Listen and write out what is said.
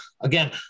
again